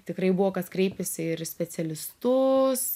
tikrai buvo kas kreipėsi ir į specialistus